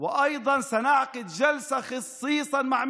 תצביעו נגד החוק הזה, לפחות.